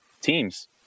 teams